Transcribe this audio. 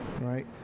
right